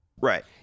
Right